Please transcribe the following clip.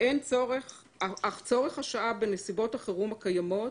אך צורך השעה בנסיבות החירום הקיימות,